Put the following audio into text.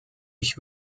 ich